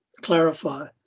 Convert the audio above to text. clarify